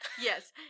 Yes